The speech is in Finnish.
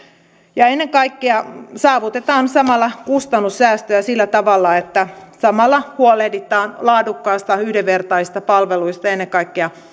ja ennen kaikkea saavutetaan samalla kustannussäästöjä sillä tavalla että samalla huolehditaan laadukkaista yhdenvertaisista palveluista ja ennen kaikkea